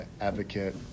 advocate